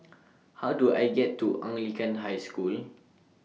How Do I get to Anglican High School